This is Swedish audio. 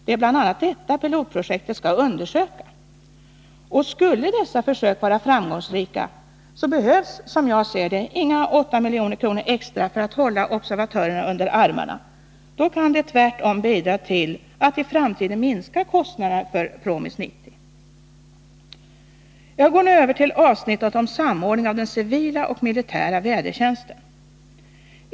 Det är bl.a. detta pilotprojektet skall undersöka. Och skulle dessa försök vara framgångsrika, behövs som jag ser det inga 8 miljoner extra för att hålla observatörerna under armarna. Då kan de tvärtom bidra till att i framtiden minska kostnaderna för PROMIS 90. Jag går nu över till avsnittet om samordning av den civila och den militära vädertjänsten.